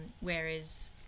whereas